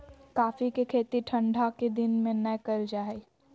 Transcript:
coffee के खेती ठंढा के दिन में नै कइल जा हइ